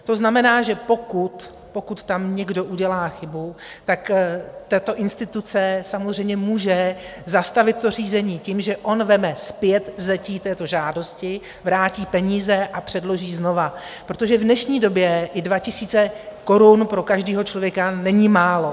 To znamená, že pokud tam někdo udělá chybu, tato instituce samozřejmě může zastavit řízení tím, že ona vezme zpětvzetí této žádosti, vrátí peníze a předloží znovu, protože v dnešní době i 2 000 korun pro každého člověka není málo.